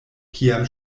kiam